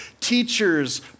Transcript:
teachers